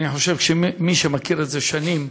אני חושב, כמי שמכיר את זה שנים,